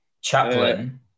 chaplain